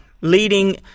leading